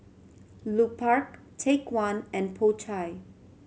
Lupark Take One and Po Chai